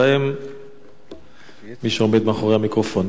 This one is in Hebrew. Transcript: ובהם מי שעומד מאחורי המיקרופון.